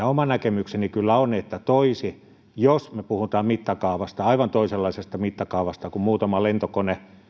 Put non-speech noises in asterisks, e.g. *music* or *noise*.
*unintelligible* oma näkemykseni kyllä on että toisi jos me puhumme mittakaavasta aivan toisenlaisesta mittakaavasta kuin muutama lentokone